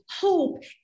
hope